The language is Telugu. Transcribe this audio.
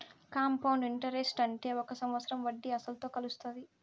కాంపౌండ్ ఇంటరెస్ట్ అంటే ఒక సంవత్సరం వడ్డీ అసలుతో కలుత్తాది